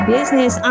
Business